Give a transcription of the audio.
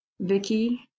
Vicky